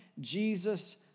Jesus